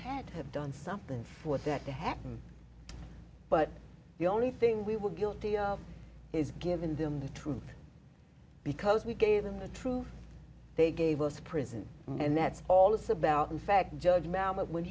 had to have done something for that to happen but the only thing we were guilty of is given them the truth because we gave them the truth they gave us prison and that's all this about in fact judge mel but when